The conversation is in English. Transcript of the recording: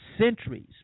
centuries